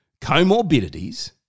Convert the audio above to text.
comorbidities